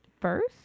first